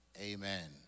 Amen